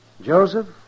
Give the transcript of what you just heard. Joseph